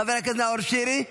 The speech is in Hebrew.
חבר הכנסת נאור שירי.